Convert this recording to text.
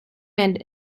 and